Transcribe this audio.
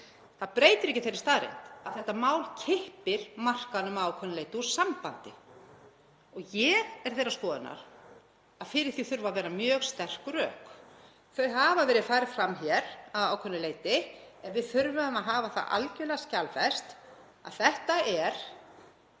Það breytir ekki þeirri staðreynd að þetta mál kippir markaðnum að ákveðnu leyti úr sambandi. Ég er þeirrar skoðunar að fyrir því þurfi að vera mjög sterk rök. Þau hafa verið færð fram hér að ákveðnu leyti en við þurfum að hafa það algerlega skjalfest að þetta er